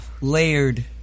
layered